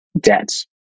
debt